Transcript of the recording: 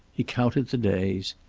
he counted the days.